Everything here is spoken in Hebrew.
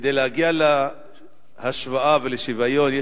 כדי להגיע להשוואה ולשוויון,